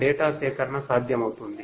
data సేకరణ సాధ్యమవుతుంది